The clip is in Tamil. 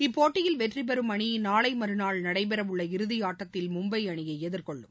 இப்போட்டியில் வெற்றி பெறும் அணி நாளை மறுநாள் நடைபெறவுள்ள இறதி ஆட்டத்தில் மும்பை அணியை எதிர்கொள்ளும்